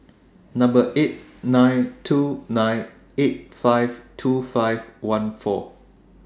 eight nine two nine eight five two five one four